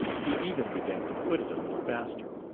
he even began to foot it a little faster.